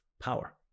power